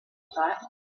thought